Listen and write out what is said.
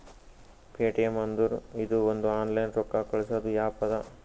Paytm ಅಂದುರ್ ಇದು ಒಂದು ಆನ್ಲೈನ್ ರೊಕ್ಕಾ ಕಳ್ಸದು ಆ್ಯಪ್ ಅದಾ